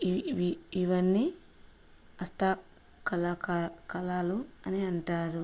ఇవి ఇవన్నీ హస్త కళాక కళలు అని అంటారు